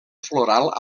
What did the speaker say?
floral